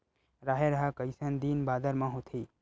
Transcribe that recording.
राहेर ह कइसन दिन बादर म होथे?